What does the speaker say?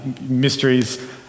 mysteries